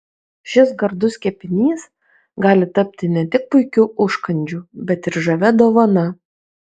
šis gardus kepinys gali tapti ne tik puikiu užkandžiu bet ir žavia dovana